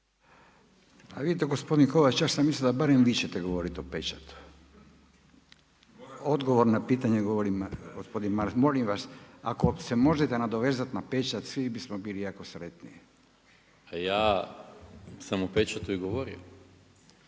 Vidite gospodine Kovač, ja sam mislio da barem vi ćete govoriti o pečatu. Odgovor na pitanje govori gospodin Maras. Molim vas, ako se možete nadovezati na pečat svi bismo bili jako sretni. **Maras, Gordan